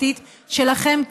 והשערורייתית שלכם.